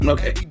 Okay